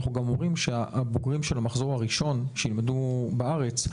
אנחנו גם אומרים שהבוגרים את המחזור הראשון שילמדו בארץ,